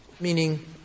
meaning